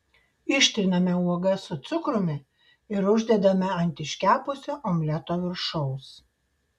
ištriname uogas su cukrumi ir uždedame ant iškepusio omleto viršaus